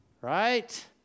Right